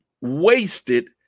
wasted